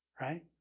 Right